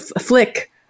flick